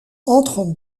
entre